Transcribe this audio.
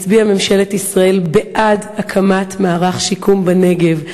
הצביעה ממשלת ישראל בעד הקמת מערך שיקום בנגב,